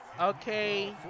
Okay